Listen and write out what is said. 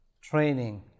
training